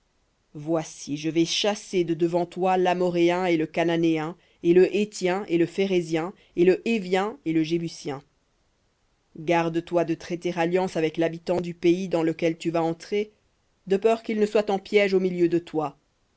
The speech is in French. voici je vais chasser de devant toi l'amoréen et le cananéen et le héthien et le phérézien et le hévien et le jébusien garde-toi de traiter alliance avec l'habitant du pays dans lequel tu vas entrer de peur qu'il ne soit en piège au milieu de toi